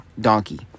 donkey